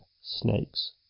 snakes